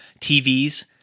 tvs